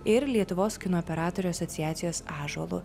ir lietuvos kino operatorių asociacijos ąžuolu